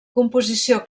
composició